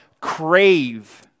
Crave